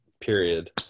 period